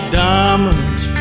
diamonds